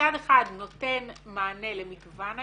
שמצד אחד נותן מענה למגוון האפשרויות,